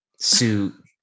suit